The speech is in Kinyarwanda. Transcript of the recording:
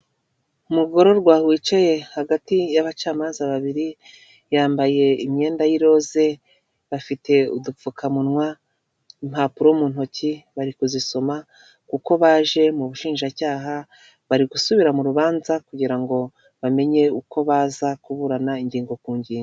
Umugororwa wicaye hagati y'abacamanza babiri, yambaye imyenda y'iroze, bafite udupfukamunwa, impapuro mu ntoki, bari kuzisoma, kuko baje mu bushinjacyaha, bari gusubira mu rubanza kugira ngo bamenye uko baza kuburana ingingo ku ngingo.